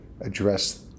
address